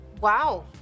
Wow